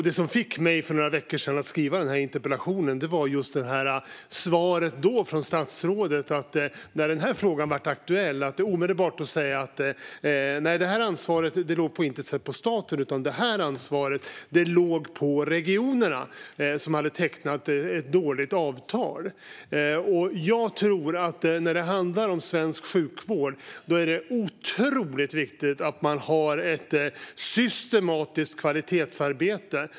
Det som fick mig att för några veckor sedan skriva interpellationen var just att statsrådets svar då var att ansvaret inte låg på staten utan på regionerna som hade tecknat ett dåligt avtal. Jag anser att i fråga om svensk sjukvård är det otroligt viktigt att det sker ett systematiskt kvalitetsarbete.